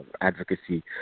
advocacy